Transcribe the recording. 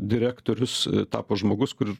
direktorius tapo žmogus kur